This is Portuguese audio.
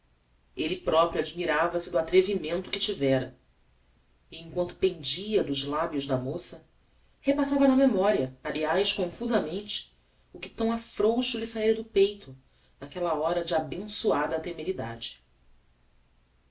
elle proprio admirava-se do atrevimento que tivera e emquanto pendia dos labios da moca repassava na memoria aliás confusamente o que tão a frouxo lhe saira do peito naquella hora de abençoada temeridade